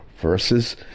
versus